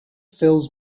fills